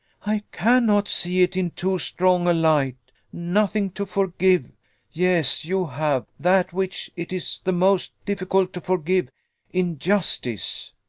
i cannot see it in too strong a light nothing to forgive yes, you have that which it is the most difficult to forgive injustice.